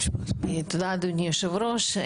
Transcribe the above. תודה אדוני היושב-ראש.